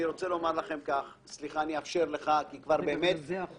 אני מבקש מכך לבחון